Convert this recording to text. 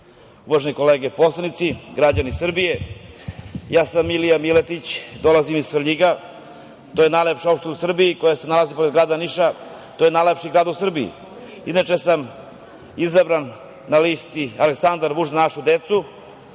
uvažene kolege poslanici, građani Srbije, ja sam Milija Miletić. Dolazim iz Svrljiga. To je najlepša opština u Srbija koja se nalazi pored grada Niša. To je najlepši grad u Srbiji. Inače sam izabran na listi Aleksandar Vučić – Za našu decu